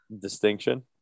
distinction